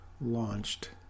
launched